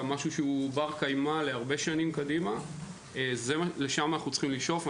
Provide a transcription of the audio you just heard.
שהוא בר-קיימא להרבה שנים קדימה זה מה שאנחנו צריכים לשאוף לו,